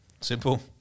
simple